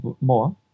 more